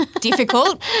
difficult